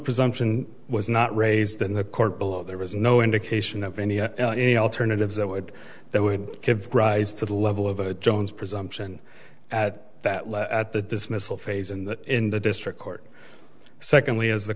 presumption was not raised in the court below there was no indication of any or any alternatives that would that would give rise to the level of a jones presumption at that at the dismissal phase and in the district court secondly as the